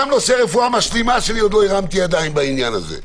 גם הנושא של הרפואה המשלימה שעוד לא הרמתי ידיים בזה.